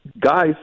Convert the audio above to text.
Guys